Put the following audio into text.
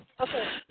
Okay